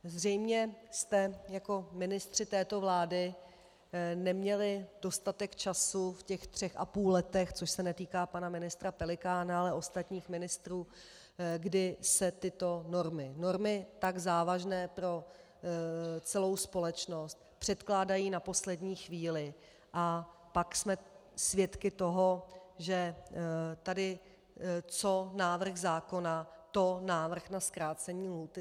Zřejmě jste jako ministři této vlády neměli dostatek času v těch 3,5 letech, což se netýká pana ministra Pelikána, ale ostatních ministrů, kdy se tyto normy, normy tak závažné pro celou společnost, předkládají na poslední chvíli, a pak jsme svědky toho, že tady co návrh zákona, to návrh na zkrácení lhůty.